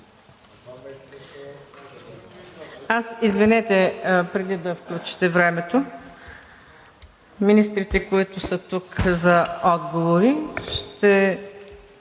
Извинете, преди да включите времето, министрите, които са тук за отговори, ще